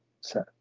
set